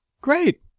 Great